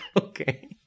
Okay